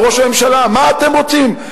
מה אתם רוצים,